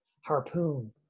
harpoon